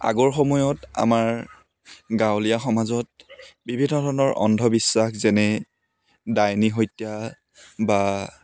আগৰ সময়ত আমাৰ গাঁৱলীয়া সমাজত বিভিন্ন ধৰণৰ অন্ধবিশ্বাস যেনে ডাইনী হত্যা বা